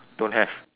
don't have